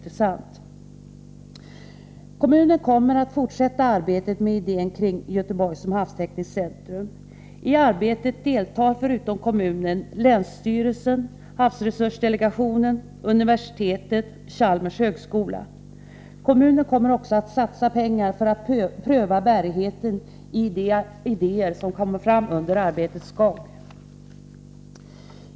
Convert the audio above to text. Kommunen kommer att fortsätta arbetet med idén kring Göteborg som havstekniskt centrum. I arbetet deltar förutom kommunen länsstyrelsen, havsresursdelegationen, universitetet och Chalmers högskola. Kommunen kommer också att satsa pengar för att pröva bärigheten i de idéer som kommer fram under arbetets gång.